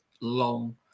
long